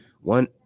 One